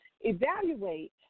Evaluate